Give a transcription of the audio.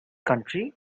country